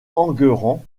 enguerrand